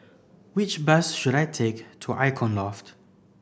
which bus should I take to Icon Loft